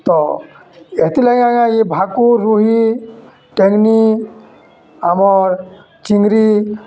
ତ ହେଥିର୍ଲାଗି ଆଜ୍ଞା ଇ ଭାକୁର୍ ରୁହି ଟେଙ୍ଗନି ଆମର୍ ଚିଙ୍ଗରି